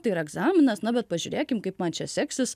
tai yra egzaminas na bet pažiūrėkim kaip man čia seksis